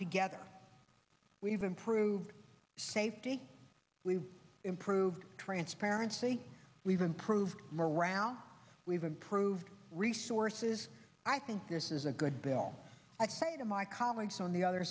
together we've improved safety we've improved transparency we've improved morale we've improved resources i think this is a good bill i say to my colleagues on the other